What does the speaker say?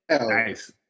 nice